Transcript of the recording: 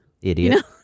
Idiot